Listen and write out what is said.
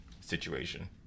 situation